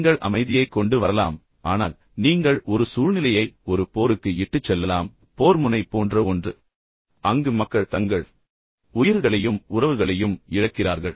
நீங்கள் அமைதியைக் கொண்டு வரலாம் ஆனால் நீங்கள் ஒரு சூழ்நிலையை ஒரு போருக்கு இட்டுச் செல்லலாம் போர் முனை போன்ற ஒன்று அங்கு அங்கு மக்கள் தங்கள் உயிர்களையும் உறவுகளையும் இழக்கிறார்கள்